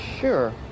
Sure